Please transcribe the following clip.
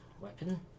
weapon